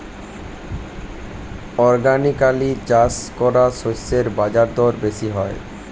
organically চাষ করা শস্যের বাজারদর বেশি হয়